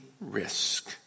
risk